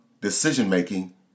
decision-making